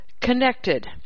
connected